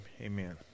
Amen